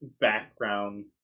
background